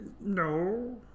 No